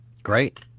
Great